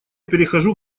перехожу